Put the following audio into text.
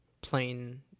plain